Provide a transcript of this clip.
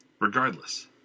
Regardless